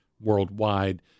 worldwide